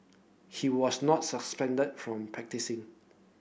he was not suspended from practising